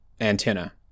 Antenna